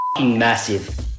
massive